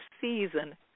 season